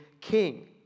king